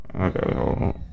okay